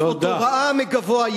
זאת הוראה מגבוה,